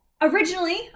Originally